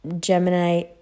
Gemini